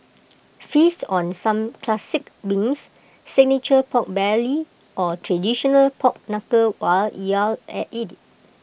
feast on some classic wings signature Pork Belly or traditional pork Knuckle while you're at IT